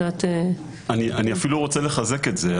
אני אפילו רוצה לחזק את זה.